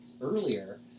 earlier